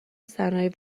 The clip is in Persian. صنایع